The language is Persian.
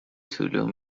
طلوع